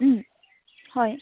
হয়